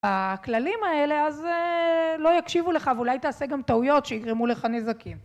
הכללים האלה אז לא יקשיבו לך ואולי תעשה גם טעויות שיגרמו לך נזקים.